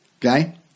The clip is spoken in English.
Okay